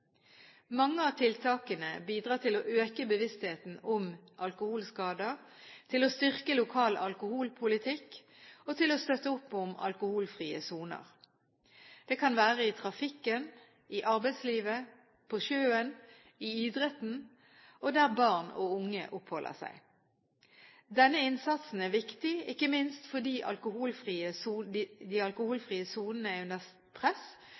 Mange av tiltakene bidrar til å øke bevisstheten om alkoholskader, styrke lokal alkoholpolitikk og støtte opp om alkoholfrie soner. Det kan være i trafikken, i arbeidslivet, på sjøen, i idretten og der barn og unge oppholder seg. Denne innsatsen er viktig, ikke minst fordi de alkoholfrie sonene er under press